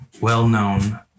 well-known